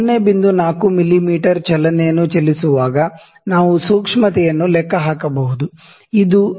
4 ಮಿಮೀ ಚಲನೆಯನ್ನು ಚಲಿಸುವಾಗ ನಾವು ಸೂಕ್ಷ್ಮತೆಯನ್ನು ಲೆಕ್ಕ ಹಾಕಬಹುದು ಇದು 0